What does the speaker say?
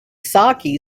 saké